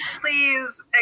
please